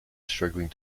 struggling